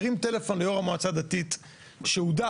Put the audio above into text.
הרים טלפון ליו"ר המועצה הדתית שהודח,